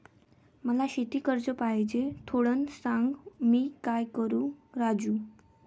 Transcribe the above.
मला शेती कर्ज पाहिजे, थोडं सांग, मी काय करू राजू?